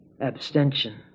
Abstention